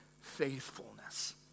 Faithfulness